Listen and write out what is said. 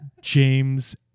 James